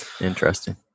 Interesting